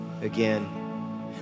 again